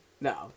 No